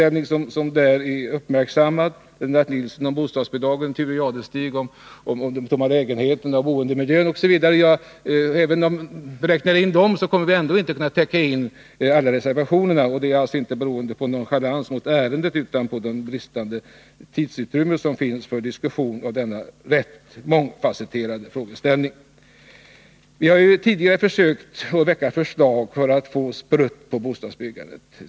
Lennart Nilsson kommer att tala om bostadsbidragen, Thure Jadestig behandlar de tomma lägenheterna och boendemiljön osv. Även om vi räknar in detta, kommer vi inte att kunna täcka alla reservationer. Det beror alltså inte på nonchalans mot ärendet, utan det beror på det bristande tidsutrymmet för diskussion av denna rätt mångfasetterade fråga. Vi har tidigare försökt väcka förslag för att få sprutt på bostadsbyggandet.